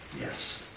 yes